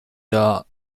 der